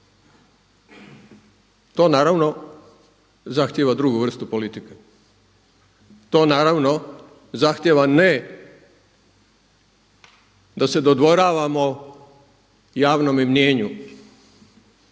To naravno zahtjeva drugu vrstu politike, to naravno zahtjeva ne da se dodvoravamo javnome mijenju